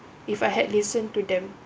if I had listen to them